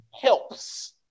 helps